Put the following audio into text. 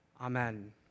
Amen